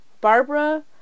Barbara